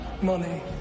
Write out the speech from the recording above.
money